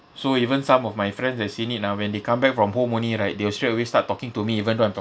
so even some of my friends they've seen it ah when they come back from home only right they will straight away start talking to me even though I'm